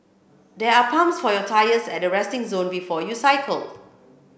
there are pumps for your tyres at the resting zone before you cycle